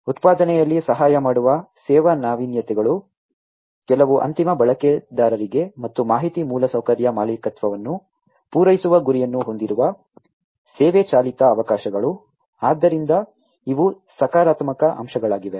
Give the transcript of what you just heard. ಉತ್ಪಾದನೆಯಲ್ಲಿ ಸಹಾಯ ಮಾಡುವ ಸೇವಾ ನಾವೀನ್ಯತೆಗಳು ಕೆಲವು ಅಂತಿಮ ಬಳಕೆದಾರರಿಗೆ ಮತ್ತು ಮಾಹಿತಿ ಮೂಲಸೌಕರ್ಯ ಮಾಲೀಕತ್ವವನ್ನು ಪೂರೈಸುವ ಗುರಿಯನ್ನು ಹೊಂದಿರುವ ಸೇವೆ ಚಾಲಿತ ಅವಕಾಶಗಳು ಆದ್ದರಿಂದ ಇವು ಸಕಾರಾತ್ಮಕ ಅಂಶಗಳಾಗಿವೆ